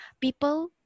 People